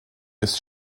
ist